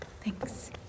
Thanks